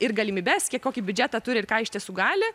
ir galimybes kiek kokį biudžetą turi ir ką iš tiesų gali